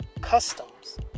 customs